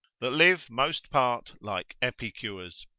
that live most part like epicures?